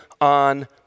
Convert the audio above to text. on